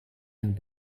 yang